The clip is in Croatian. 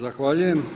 Zahvaljujem.